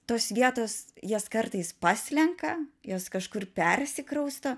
tos vietos jas kartais paslenka jos kažkur persikrausto